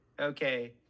okay